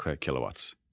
kilowatts